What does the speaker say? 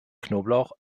knoblauch